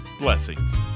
Blessings